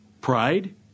Pride